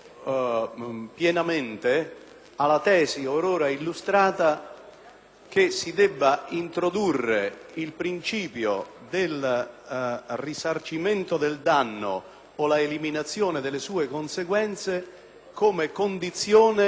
che si debba introdurre il principio del risarcimento del danno o la eliminazione delle sue conseguenze come condizione per la concessione del beneficio della sospensione condizionale della pena.